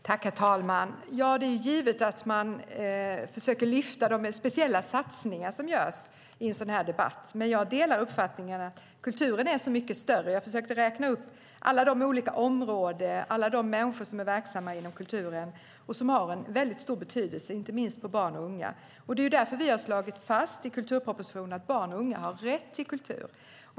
Herr talman! Det är givet att man försöker lyfta de speciella satsningar som görs i en sådan här debatt, men jag delar uppfattningen att kulturen är mycket större. Jag försökte räkna upp alla olika områden och alla de människor som är verksamma inom kulturen och som har en väldigt stor betydelse, inte minst för barn och unga. Det är därför vi har slagit fast i kulturpropositionen att barn och unga har rätt till kultur.